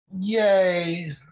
Yay